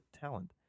talent